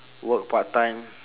work part-time